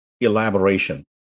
elaboration